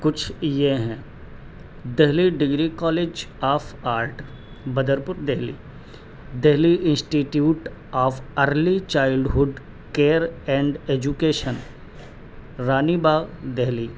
کچھ یہ ہیں Delhi degree college of art Badarpur Delhi Delhi institute of early childhood care and education Rani Bagh Delhi